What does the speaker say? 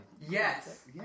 yes